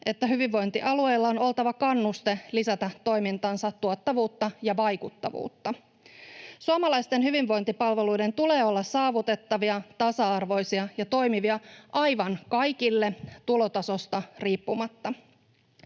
että hyvinvointialueilla on oltava kannuste lisätä toimintansa tuottavuutta ja vaikuttavuutta. Suomalaisten hyvinvointipalveluiden tulee olla saavutettavia, tasa-arvoisia ja toimivia aivan kaikille tulotasosta riippumatta.